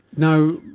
now,